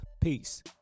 peace